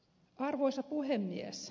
arvoisa puhemies